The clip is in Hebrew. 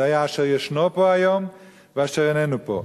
זה היה, אשר ישנו פה היום ואשר איננו פה.